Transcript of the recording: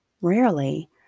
rarely